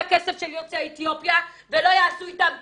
הכסף של יוצאי אתיופיה ולא יעשו איתם כלום.